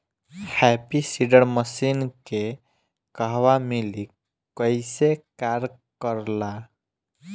Happy seeder machine के कहवा मिली कैसे कार कर ला?